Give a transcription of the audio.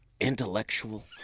intellectual